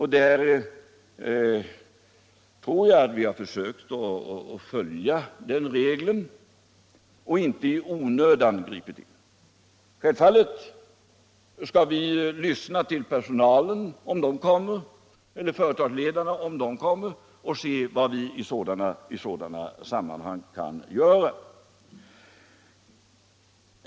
Här har vi försökt följa den regeln och har inte gripit in i onödan. Självfallet skall vi lyssna till personalen eller företagsledarna om de ber om det, och se vad vi i sådana sammanhang kan göra.